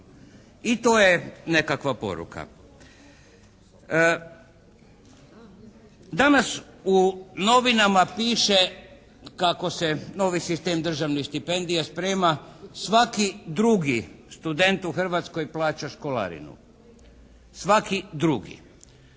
i to je nekakva poruka. Danas u novinama piše kako se novi sistem državnih stipendija sprema svaki drugi student u Hrvatskoj plaća školarinu, svaki drugi.